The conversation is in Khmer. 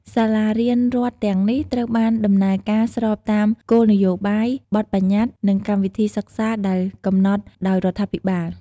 សាលារៀនរដ្ឋទាំងនេះត្រូវបានដំណើរការស្របតាមគោលនយោបាយ បទប្បញ្ញត្តិ និងកម្មវិធីសិក្សាដែលកំណត់ដោយរដ្ឋាភិបាល។